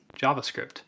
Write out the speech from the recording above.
JavaScript